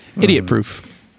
Idiot-proof